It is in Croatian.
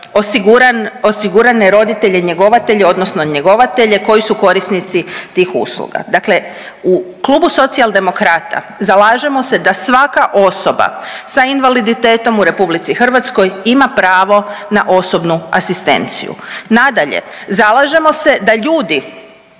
osigurane roditelje njegovatelje odnosno njegovatelje koji su korisnici tih usluga. Dakle u Klubu Socijaldemokrata zalažemo se da svaka osoba sa invaliditetom u RH ima pravo na osobnu asistenciju. Nadalje, zalažemo se da ljudi